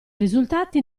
risultati